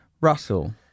Russell